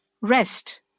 Rest